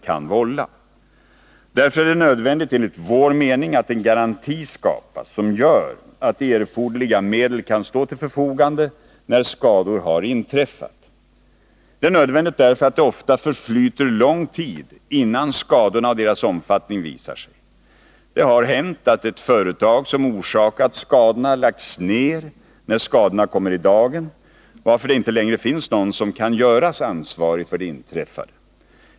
Det är därför enligt vår mening nödvändigt att en garanti skapas som gör att erforderliga medel kan stå till förfogande när skador har inträffat. Det är nödvändigt därför att det ofta förflyter lång tid innan skadorna och deras omfattning visar sig. Det har hänt att ett företag som orsakat skadorna har varit nerlagt när skadorna kommit i dagen, varför det inte längre finns någon som kan göras ansvarig för det inträffade.